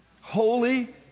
Holy